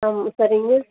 ஆ சரி மிஸ்